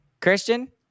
Christian